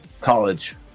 college